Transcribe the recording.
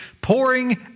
pouring